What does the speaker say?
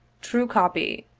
true copy.